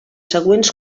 següents